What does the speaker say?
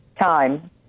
time